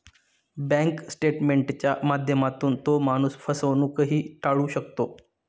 bank स्टेटमेंटच्या माध्यमातून तो माणूस फसवणूकही टाळू शकतो